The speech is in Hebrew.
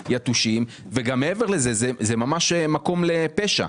ומעבר לזה זה מקום לפשע.